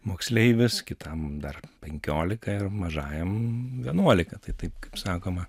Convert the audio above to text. moksleivis kitam dar penkiolika ir mažajam vienuolika tai taip kaip sakoma